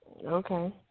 Okay